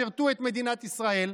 שירתו את מדינת ישראל,